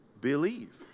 believe